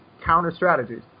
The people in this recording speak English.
counter-strategies